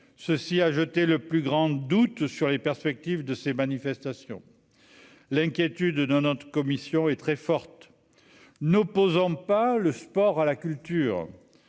ceci a jeté le plus grand doute sur les perspectives de ces manifestations, l'inquiétude notre commission est très forte : n'opposons pas le sport à la culture,